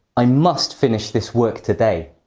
i must finish this work today.